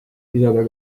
lisada